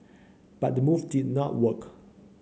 but the move did not work